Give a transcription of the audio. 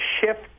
shift